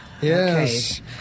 Yes